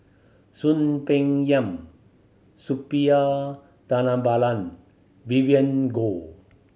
Soon Peng Yam Suppiah Dhanabalan Vivien Goh